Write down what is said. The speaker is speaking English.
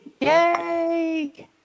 Yay